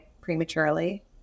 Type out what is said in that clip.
prematurely